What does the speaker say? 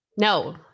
No